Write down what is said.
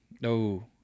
no